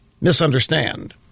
misunderstand